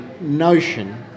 notion